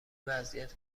وضعیت